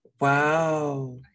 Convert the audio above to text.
Wow